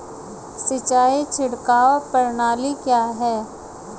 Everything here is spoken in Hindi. सिंचाई छिड़काव प्रणाली क्या है?